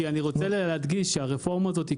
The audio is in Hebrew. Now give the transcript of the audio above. כי אני רוצה להדגיש שהרפורמה הזאת היא